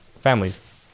families